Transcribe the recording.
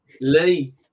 Lee